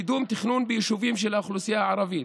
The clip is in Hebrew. קידום תכנון ביישובים של האוכלוסייה הערבית,